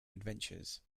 adventures